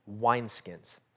wineskins